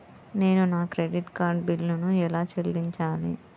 నేను నా credit card బిల్లును ఎలా చెల్లించాలీ?